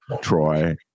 troy